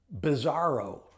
bizarro